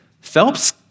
Phelps